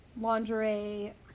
Lingerie